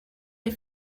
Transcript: les